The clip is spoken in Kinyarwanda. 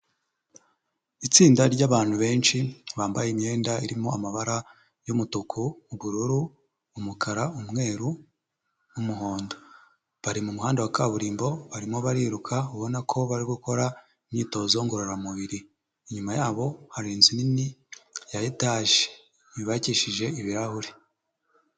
Itsinda ry'abantu benshi bambaye imyenda irimo amabara y'umutuku, ubururu, umukara, umweru n'umuhondo, bari mu muhanda wa kaburimbo, barimo bariruka, ubona ko bari gukora imyitozo ngororamubiri, inyuma yabo hari inzu nini ya etage, yubakishije ibirahuri.